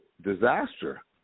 disaster